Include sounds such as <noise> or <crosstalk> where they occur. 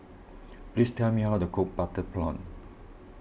<noise> please tell me how to cook Butter Prawn